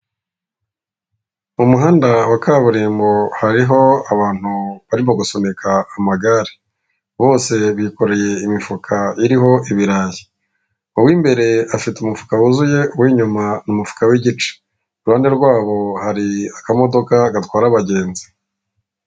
Mu muhanda wa Kaburimbo, hariho abantu barimo gusunika amagare, bose bikoreye imifuka iriho ibirayi. Uwimbere afite umufuka wuzuye, uw’inyuma umufuka wi’gice iruhande rwabo, hari akamodoka gatwara abagenzi.